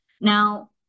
Now